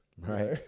right